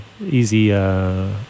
easy